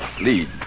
Lead